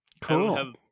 Cool